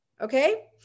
okay